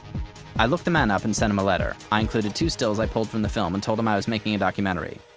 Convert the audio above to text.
i looked the man up and sent him a letter. i included two stills i pulled from the film and told him i was making a documentary.